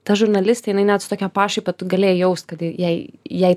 ta žurnalistė jinai net su tokia pašaipa tu galėjai jaust kad jai jai